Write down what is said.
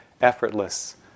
effortless